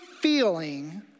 feeling